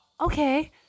okay